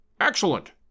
Excellent